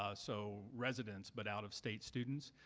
ah so residents, but out-of-state students.